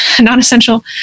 non-essential